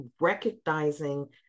recognizing